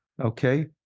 okay